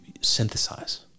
synthesize